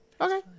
Okay